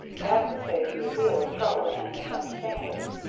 that would save me a deal of trouble and misunderstanding.